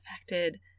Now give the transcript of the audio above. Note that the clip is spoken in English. affected